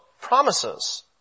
promises